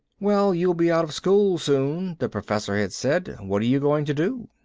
well, you'll be out of school, soon, the professor had said. what are you going to do?